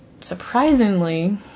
Surprisingly